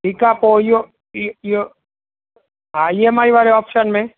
ठीकु आहे पोइ इहो इहे हा ई एम आई वारे ऑप्शन में